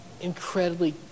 incredibly